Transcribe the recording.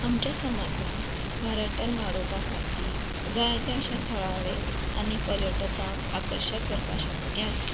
आमच्या समाजांत पर्यटन वाडोवपा खातीर जाय तें अशे थळावे आनी पर्यटकांक आकर्शक करपा शक्य आसा